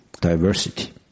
diversity